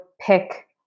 pick